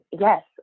yes